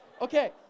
okay